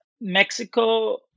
Mexico